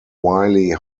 wiley